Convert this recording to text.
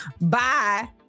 Bye